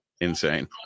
insane